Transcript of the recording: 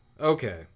Okay